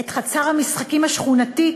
את חצר המשחקים השכונתית